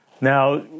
Now